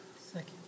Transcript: Second